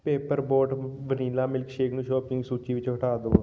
paper Boat vanilla milkshake ਨੂੰ shopping ਸੂਚੀ ਵਿੱਚੋਂ ਹਟਾ ਦਵੋ